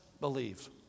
believe